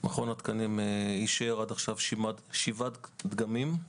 מכון התקנים אישר עד עכשיו שבעה דגמים,